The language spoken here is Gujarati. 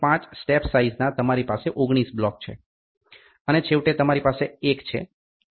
5 સ્ટેપ સાઈઝના તમારી પાસે 19 બ્લોક્સ છે અને છેવટે તમારી પાસે 1 છે